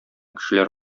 кешеләр